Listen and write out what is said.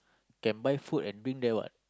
can buy food and drink there what